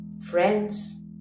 friends